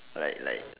like like